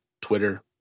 Twitter